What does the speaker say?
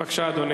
בבקשה, אדוני.